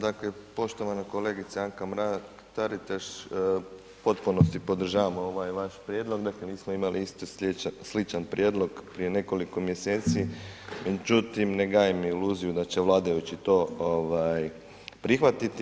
Dakle poštovana kolegice Anka Mrak Taritaš, u potpunosti podržavam ovaj vaš prijedlog, dakle mi smo imali isto sličan prijedlog prije nekoliko mjeseci, međutim ne gajim iluziju da će vladajući to prihvatiti.